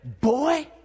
boy